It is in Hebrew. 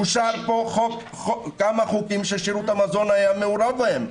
אושרו פה כמה חוקים ששירות המזון היה מעורב בהם.